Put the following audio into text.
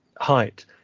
height